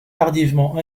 tardivement